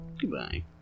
Goodbye